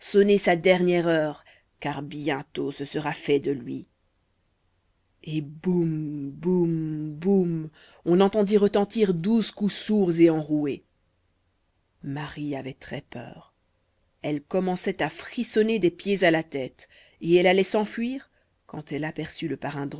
sa dernière heure car bientôt ce sera fait de lui et boum boum boum on entendit retentir douze coups sourds et enroués marie avait très peur elle commençait à frissonner des pieds à la tête et elle allait s'enfuir quand elle aperçut le parrain